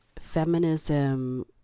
feminism